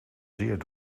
zeer